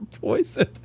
poison